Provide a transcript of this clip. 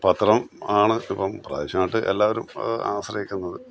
പത്രം ആണ് ഇപ്പോൾ പ്രാദേശികമായിട്ട് എല്ലാവരും ആശ്രയിക്കുന്നത്